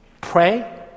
pray